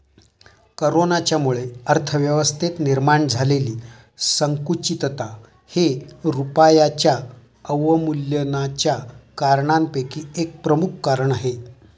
कोरोनाच्यामुळे अर्थव्यवस्थेत निर्माण झालेली संकुचितता हे रुपयाच्या अवमूल्यनाच्या कारणांपैकी एक प्रमुख कारण आहे